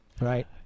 Right